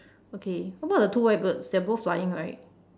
okay what about the two white birds they are both flying right